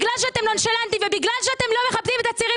בגלל שאתם נונשלנטיים ובגלל שאתם לא מכבדים את הצעירים